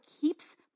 keeps